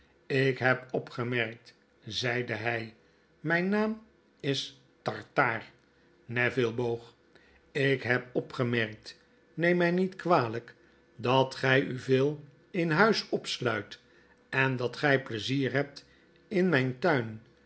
lk heb opgemerkt zeide hij myn naam is tartaar neville boog ik heb opgemerkt neem mij niet kwalyk dat gy u veel in huis opsluit en dat gy pleizier hebt in mijn tuin